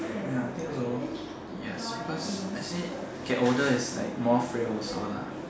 ya think so yes because as in older is like more frail also lah